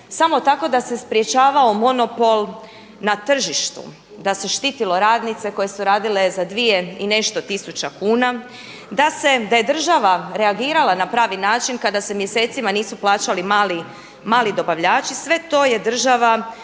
samo tako da se sprječavao monopol na tržištu, da se štitilo radnice koje su radile za 2 i nešto tisuća kuna, da je država reagirala na pravi način kada se mjesecima nisu plaćali mali dobavljači sve to je država